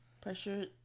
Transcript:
Pressure